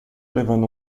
levando